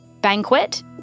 Banquet